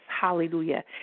hallelujah